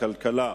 הכלכלה,